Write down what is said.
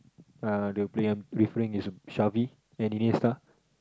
uh the player I'm referring is Xavi Iniesta